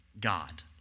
God